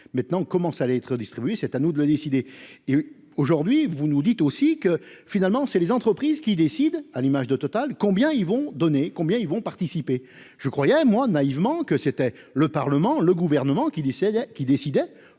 maintenant comment ça allait être distribué, c'est à nous de le décider et aujourd'hui vous nous dites aussi que finalement c'est les entreprises qui décident, à l'image de Total combien ils vont donner combien ils vont participer, je croyais moi naïvement que c'était le Parlement, le gouvernement qui décède